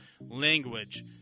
Language